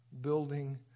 building